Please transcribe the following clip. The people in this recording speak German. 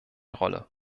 rolle